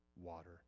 water